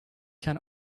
can